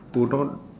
who don't